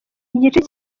igice